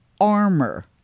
armor